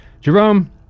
Jerome